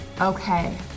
Okay